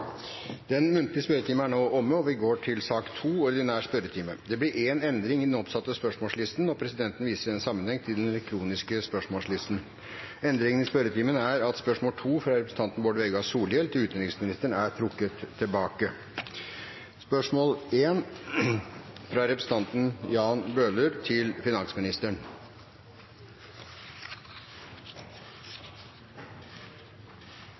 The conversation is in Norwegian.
Den muntlige spørretimen er nå omme, og vi går over til den ordinære spørretimen. Det blir én endring i den oppsatte spørsmålslisten, og presidenten viser i den sammenheng til den elektroniske spørsmålslisten. Den foreslåtte endringen foreslås godkjent. – Det anses vedtatt. Endringen var som følger: Spørsmål 2, fra representanten Bård Vegar Solhjell til utenriksministeren, er trukket tilbake.